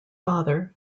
father